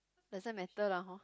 doesn't matter lah hor